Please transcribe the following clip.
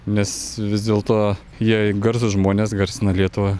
nes vis dėlto jei garsūs žmonės garsina lietuvą